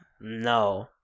No